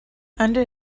under